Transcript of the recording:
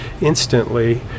instantly